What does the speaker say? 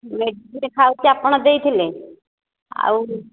medicine ଖାଉଛି ଆପଣ ଦେଇଥିଲେ ଆଉ